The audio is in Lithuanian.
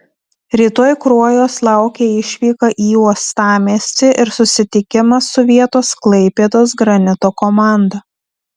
rytoj kruojos laukia išvyka į uostamiestį ir susitikimas su vietos klaipėdos granito komanda